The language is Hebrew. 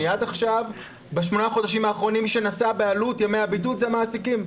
עד עכשיו בשמונה חודשים האחרונים מי שנשא בעלות ימי הבידוד זה המעסיקים.